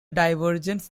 divergence